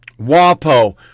WAPO